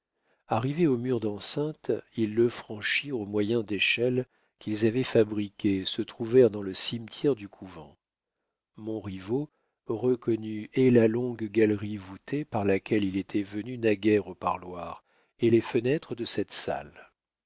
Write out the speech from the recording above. arrivés au mur d'enceinte ils le franchirent au moyen d'échelles qu'ils avaient fabriquées et se trouvèrent dans le cimetière du couvent montriveau reconnut et la longue galerie voûtée par laquelle il était venu naguère au parloir et les fenêtres de cette salle